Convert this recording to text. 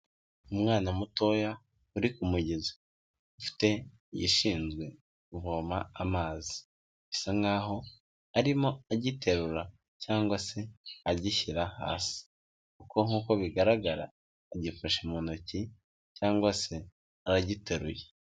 Umwana mutoya uri ku mugezi, ufite igishinzwe kuvoma amazi, bisa nk'aho arimo agiterura cyangwa se agishyira hasi, kuko nk'uko bigaragara agifashe mu ntoki cyangwa se aragiteruye.